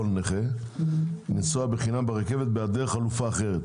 נכה לנסוע בחינם ברכבת בהיעדר חלופה אחרת.